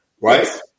Right